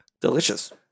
Delicious